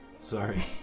Sorry